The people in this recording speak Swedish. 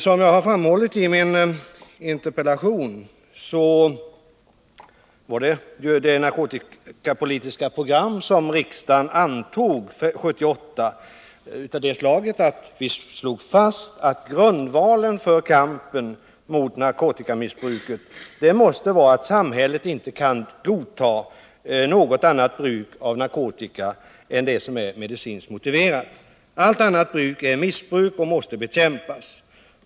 Som jag framhållit i interpellationen innebar det narkotikapolitiska program som riksdagen antog 1978 att vi slog fast att grundvalen för kampen mot narkotikamissbruket måste vara att samhället inte kan godta något annat bruk av narkotika än det som är medicinskt motiverat. Allt annat bruk är missbruk och måste bekämpas.